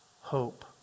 hope